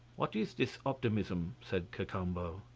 what is this optimism? said cacambo.